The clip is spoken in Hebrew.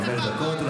תודה.